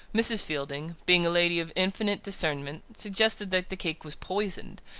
mrs. fielding, being a lady of infinite discernment, suggested that the cake was poisoned,